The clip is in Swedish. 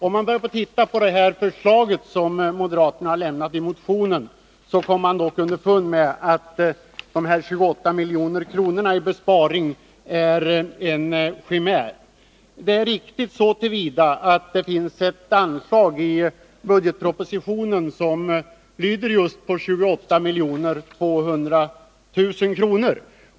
Om man börjar se på det förslag som moderaterna har framfört i motionen, kommer man dock underfund med att de 28 miljonerna i besparingen är en chimär. Motionärerna har rätt så till vida att det finns ett anslag i budgetpropositionen som lyder på 28 200 000 kr.